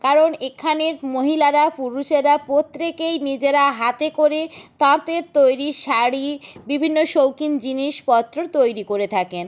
কারণ এখানের মহিলারা পুরুষেরা প্রত্যেকেই নিজেরা হাতে করে তাঁতের তৈরি শাড়ি বিভিন্ন শৌখিন জিনিসপত্র তৈরি করে থাকেন